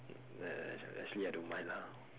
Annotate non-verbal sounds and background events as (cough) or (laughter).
(noise) actually I don't mind lah